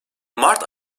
mart